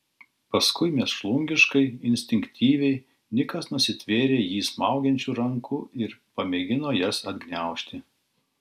paskui mėšlungiškai instinktyviai nikas nusitvėrė jį smaugiančių rankų ir pamėgino jas atgniaužti